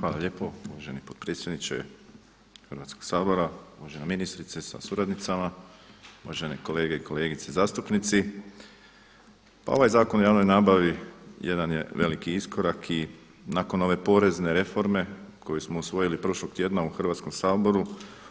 Hvala lijepo uvaženi potpredsjedniče Hrvatskog sabora, uvažena ministrice sa suradnicama, uvažene kolege i kolegice zastupnici pa ovaj Zakon o javnoj nabavi jedan je veliki iskorak i nakon ove porezne reforme koju smo usvojili prošlog tjedan u Hrvatskom saboru